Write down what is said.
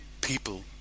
people